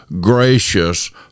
Gracious